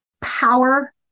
power